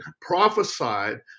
prophesied